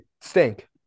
stink